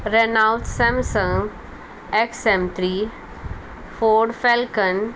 Renault Samsung X M three ford falcon